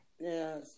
Yes